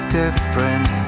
different